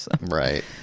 right